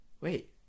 Wait